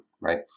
right